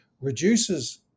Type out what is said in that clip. reduces